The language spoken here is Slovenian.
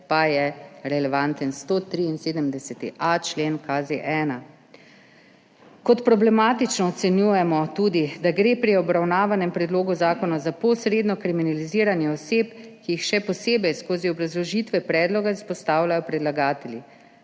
pa je relevanten 173.a člen KZ-1. Kot problematično ocenjujemo tudi, da gre pri obravnavanem predlogu zakona za posredno kriminaliziranje oseb, ki jih še posebej skozi obrazložitve predloga izpostavljajo predlagatelji.